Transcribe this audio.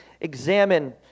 examine